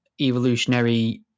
evolutionary